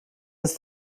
ist